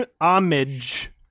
Homage